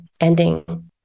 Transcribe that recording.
ending